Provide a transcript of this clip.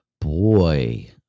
Boy